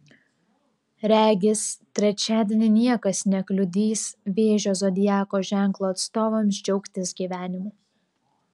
regis trečiadienį niekas nekliudys vėžio zodiako ženklo atstovams džiaugtis gyvenimu